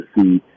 see